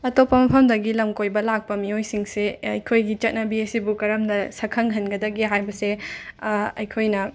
ꯑꯇꯣꯞꯄ ꯃꯐꯝꯗꯒꯤ ꯂꯝ ꯀꯣꯏꯕ ꯂꯥꯛꯄ ꯃꯤꯑꯣꯏꯁꯤꯡꯁꯦ ꯑꯩꯈꯣꯏꯒꯤ ꯆꯠꯅꯕꯤ ꯑꯁꯤꯕꯨ ꯀꯔꯝꯅ ꯁꯛꯈꯪꯍꯟꯒꯗꯒꯦ ꯍꯥꯏꯕꯁꯦ ꯑꯩꯈꯣꯏꯅ